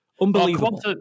Unbelievable